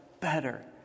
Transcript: better